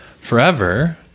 forever